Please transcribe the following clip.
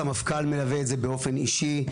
המפכ"ל מלווה את זה באופן אישי.